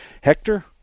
Hector